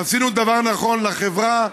עשינו דבר נכון לחברה,